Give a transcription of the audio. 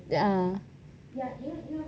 uh